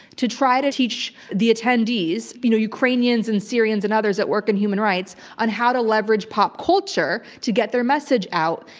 to try to teach the attendees, you know, ukrainians and syrians and others that work in human rights, on how to leverage pop culture to get their message out.